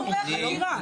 בחומרי החקירה.